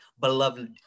beloved